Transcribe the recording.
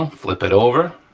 um flip it over,